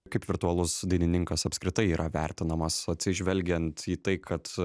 kaip virtualus dainininkas apskritai yra vertinamas atsižvelgiant į tai kad